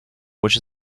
which